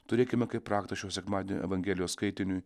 turėkime kaip raktą šio sekmadienio evangelijos skaitiniui